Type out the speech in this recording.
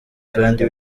kandi